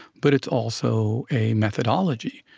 but it's also a methodology.